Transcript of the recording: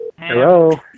Hello